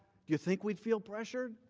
you think we would fill pressured?